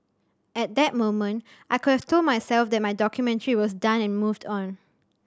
at that moment I could have told myself that my documentary was done and moved on